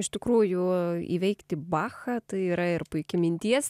iš tikrųjų įveikti bachą tai yra ir puiki minties